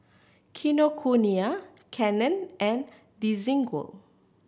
Kinokuniya Canon and Desigual